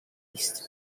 east